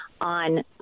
on